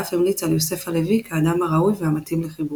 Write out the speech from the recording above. ואף המליץ על יוסף הלוי כאדם הראוי והמתאים לחיבורו.